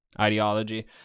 ideology